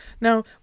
Now